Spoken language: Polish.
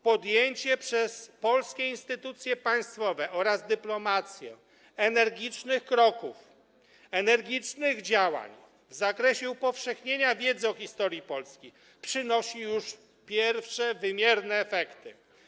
Podjęcie przez polskie instytucje państwowe oraz dyplomację energicznych kroków, energicznych działań w zakresie upowszechniania wiedzy o historii Polski przynosi już pierwsze wymierne efekty.